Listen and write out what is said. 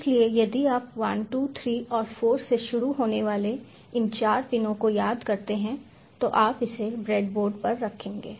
इसलिए यदि आप 1 2 3 और 4 से शुरू होने वाले इन चार पिनों को याद करते हैं तो आप इसे ब्रेडबोर्ड पर रखेंगे